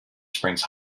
springs